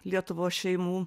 lietuvos šeimų